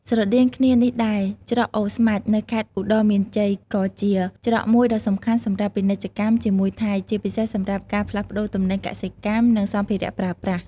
ស្រដៀងគ្នានេះដែរ ច្រកអូស្មាច់ នៅខេត្តឧត្តរមានជ័យ ក៏ជាច្រកមួយដ៏សំខាន់សម្រាប់ពាណិជ្ជកម្មជាមួយថៃ ជាពិសេសសម្រាប់ការផ្លាស់ប្តូរទំនិញកសិកម្ម និងសម្ភារៈប្រើប្រាស់។